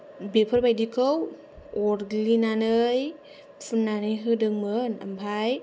बेफोरबादिखौ अरग्लिनानै फुननानै होदोंमोन ओमफाय